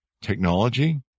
technology